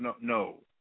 no